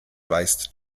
weist